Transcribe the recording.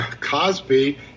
Cosby